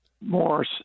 more